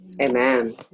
Amen